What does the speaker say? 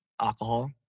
alcohol